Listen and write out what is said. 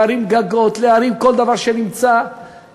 להרים גגות, להרים כל דבר שנמצא בדרכה.